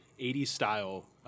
80s-style